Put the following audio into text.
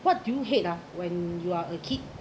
what do you hate ah when you are a kid